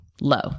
low